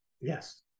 Yes